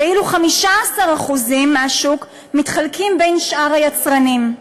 ואילו 15% מהשוק מתחלקים בין שאר היצרנים.